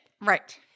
Right